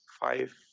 five